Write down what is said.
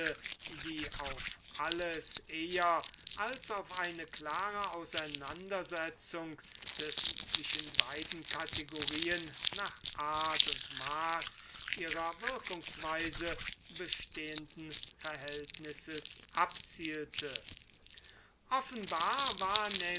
die auf alles eher als auf eine klare auseinandersetzung des zwischen beiden kategorien nach art und maß ihrer wirkungsweise bestehenden verhältnisses abzielte offenbar war